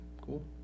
cool